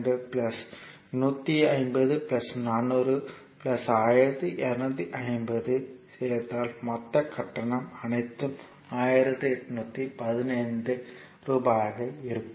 எனவே ரூ 150 400 ரூபாய் 1250 சேர்த்தால் மொத்த கட்டணம் அனைத்தும் 1812 ரூபாயாக இருக்கும்